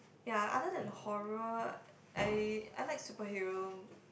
ya other than horror I I like superhero